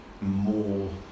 more